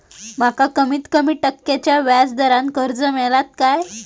माका कमीत कमी टक्क्याच्या व्याज दरान कर्ज मेलात काय?